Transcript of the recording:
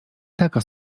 taka